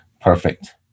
perfect